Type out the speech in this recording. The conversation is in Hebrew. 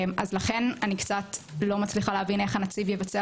לכן אני קצת לא מצליחה להבין איך הנציב יבצע